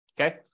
Okay